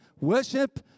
Worship